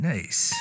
Nice